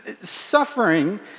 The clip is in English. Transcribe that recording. suffering